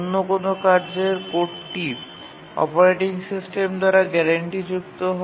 অন্য কোনও কার্যের কোডটি অপারেটিং সিস্টেম দ্বারা গ্যারান্টিযুক্ত হয়